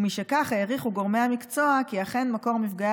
ומשכך העריכו גורמי המקצוע כי אכן מקור מפגעי